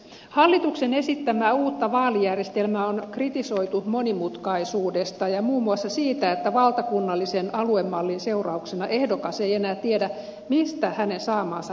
hallituksen esittämää uutta vaalijärjestelmää on kritisoitu monimutkaisuudesta ja muun muassa siitä että valtakunnallisen aluemallin seurauksena ehdokas ei enää tiedä mistä hänen saamansa äänet tulevat